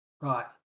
Right